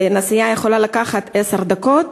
נסיעה יכולה לקחת עשר דקות,